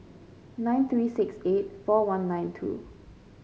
nine three six eight four one nine two